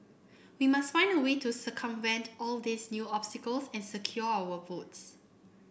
we must find a way to circumvent all these new obstacles and secure our votes